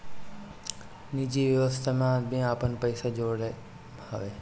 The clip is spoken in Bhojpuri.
निजि व्यवस्था में आदमी आपन पइसा जोड़त हवे